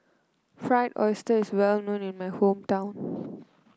Fried Oyster is well known in my hometown